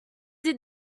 did